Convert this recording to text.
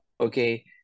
okay